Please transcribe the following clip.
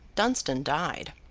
dunstan died.